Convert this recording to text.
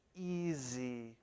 easy